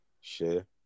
share